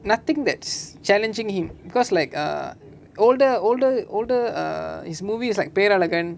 nothing that's challenging him because like err older older older err his movies like Perazhagan